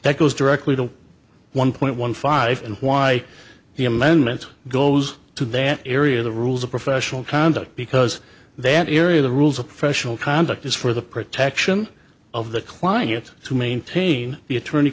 that goes directly to one point one five and why the amendment goes to that area the rules of professional conduct because they an area the rules of professional conduct is for the protection of the client to maintain the attorney